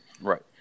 Right